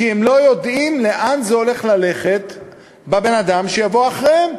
כי הם לא יודעים לאן זה הולך עם הבן-אדם שיבוא אחריהם.